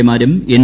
A മാരും N